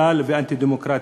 אנטי-דמוקרטי.